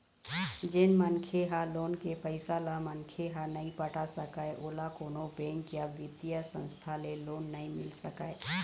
जेन मनखे ह लोन के पइसा ल मनखे ह नइ पटा सकय ओला कोनो बेंक या बित्तीय संस्था ले लोन नइ मिल सकय